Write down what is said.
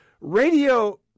Radio